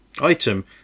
Item